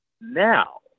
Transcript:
now